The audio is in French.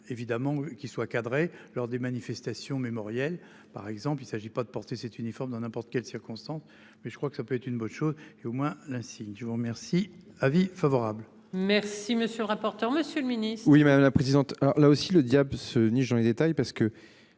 évidemment qu'il soit cadré lors des manifestations mémorielles par exemple. Il s'agit pas de porter cet uniforme dans n'importe quelle circonstance, mais je crois que ça peut être une bonne chose et au moins l'insigne, je vous remercie. Avis favorable. Merci monsieur le rapporteur. Monsieur le Ministre. Oui madame la présidente. Alors là aussi le diable se niche dans les détails parce que.